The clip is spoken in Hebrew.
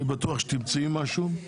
אני בטוח שתמצאי משהו,